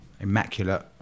immaculate